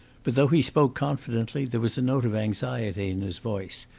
but though he spoke confidently there was a note of anxiety in his voice,